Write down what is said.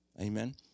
Amen